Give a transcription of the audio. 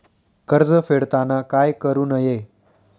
कर्ज फेडताना काय करु नये?